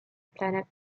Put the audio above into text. planet